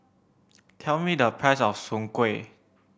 tell me the price of soon kway